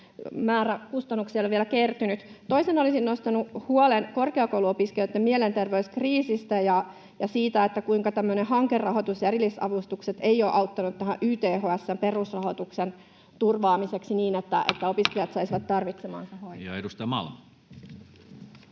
määrä kustannuksia ei ole vielä kertynyt? Toisena olisin nostanut huolen korkeakouluopiskelijoitten mielenterveyskriisistä ja siitä, kuinka hankerahoitus ja erillisavustukset eivät ole auttaneet YTHS:n perusrahoituksen turvaamiseksi niin, että opiskelijat saisivat tarvitsemaansa hoitoa. [Speech 185]